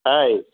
हय